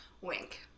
Wink